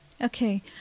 okay